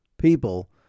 people